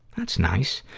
that's nice.